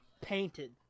painted